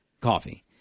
coffee